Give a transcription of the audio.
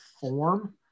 form